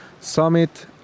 Summit